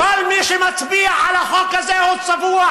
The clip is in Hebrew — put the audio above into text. אתה לא תומך טרור,